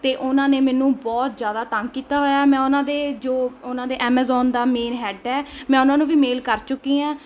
ਅਤੇ ਉਹਨਾਂ ਨੇ ਮੈਨੂੰ ਬਹੁਤ ਜ਼ਿਆਦਾ ਤੰਗ ਕੀਤਾ ਹੋਇਆ ਮੈਂ ਉਹਨਾਂ ਦੇ ਜੋ ਉਹਨਾਂ ਦੇ ਐਮਜ਼ੋਨ ਦਾ ਮੇਨ ਹੈਡ ਹੈ ਮੈਂ ਉਹਨਾਂ ਨੂੰ ਵੀ ਮੇਲ ਕਰ ਚੁੱਕੀ ਹਾਂ